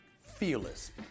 fearless